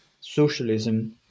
socialism